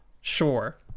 sure